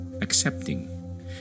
accepting